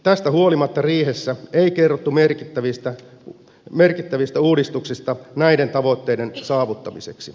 tästä huolimatta riihessä ei kerrottu merkittävistä uudistuksista näiden tavoitteiden saavuttamiseksi